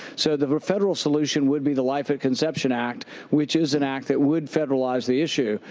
so the federal solution would be the life at conception act which is an act that would federalize the issue.